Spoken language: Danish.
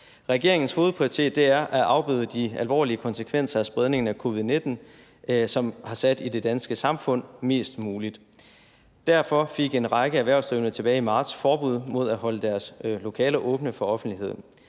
Regeringens hovedprioritet er at afbøde de alvorlige konsekvenser af spredningen af covid-19, som der har været i det danske samfund, mest muligt. Derfor fik en række erhvervsdrivende tilbage i marts forbud mod at holde deres lokaler åbne for offentligheden.